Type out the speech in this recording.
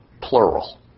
plural